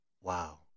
wow